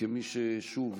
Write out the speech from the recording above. כמי ששוב,